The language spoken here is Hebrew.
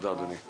תודה, אדוני.